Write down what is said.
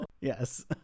Yes